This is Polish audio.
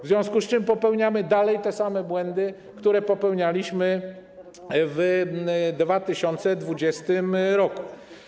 W związku z czym popełniamy dalej te same błędy, które popełnialiśmy w 2020 r.